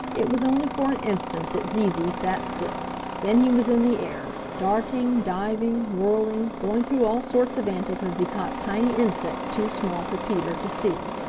it was only for an instant that zee zee sat still then he was in the air, darting, diving, whirling, going through all sorts of antics as he caught tiny insects too small for peter to see.